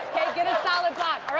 get a solid block